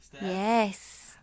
yes